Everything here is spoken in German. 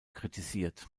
kritisiert